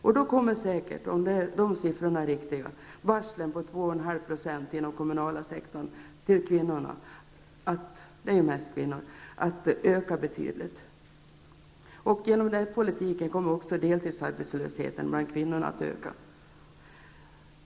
Om de siffrorna är riktiga kommer säkert varslen på 2,5 % inom den kommunala sektorn att öka betydligt för kvinnorna. Genom den politiken kommer också deltidsarbetslösheten bland kvinnorna att öka.